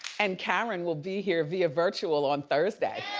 and karen will be here via virtual on thursday.